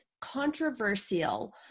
controversial